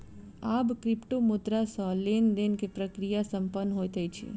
आब क्रिप्टोमुद्रा सॅ लेन देन के प्रक्रिया संपन्न होइत अछि